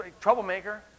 troublemaker